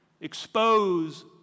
expose